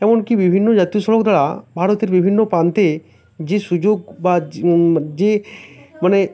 এমনকি বিভিন্ন জাতীয় সড়ক দ্বারা ভারতের বিভিন্ন প্রান্তে যে সুযোগ বা যে যে মানে